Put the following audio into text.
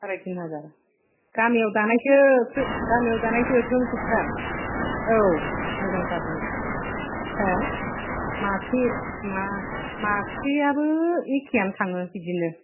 साराय तिन हाजार गामियाव दानायसो ग्रोम गामियाव दानायसो ग्रोम ग्रोम थार औ मोजांथार जोंना हो माख्रि मा माख्रियाबो एखेयानो थाङो बिदिनो